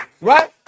right